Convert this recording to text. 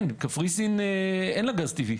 לקפריסין אין גז טבעי.